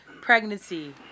pregnancy